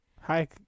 Hi